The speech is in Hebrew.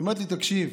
היא אומרת לי: תקשיב,